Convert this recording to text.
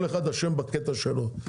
כל אחד אשם בקטע שלו.